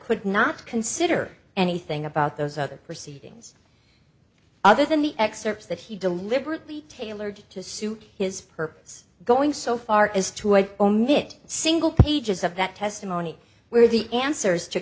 could not consider anything about those other proceedings other than the excerpts that he deliberately tailored to suit his purpose going so far as to i'd omit single pages of that testimony where the answers to